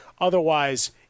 Otherwise